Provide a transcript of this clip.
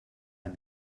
and